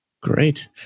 Great